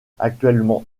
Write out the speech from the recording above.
actuellement